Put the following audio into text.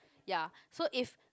ya so if